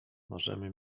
możemy